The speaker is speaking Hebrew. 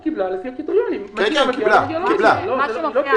היא קיבלה לפי הקריטריונים, לא בגלל תעדוף.